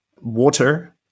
water